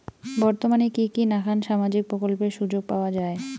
বর্তমানে কি কি নাখান সামাজিক প্রকল্পের সুযোগ পাওয়া যায়?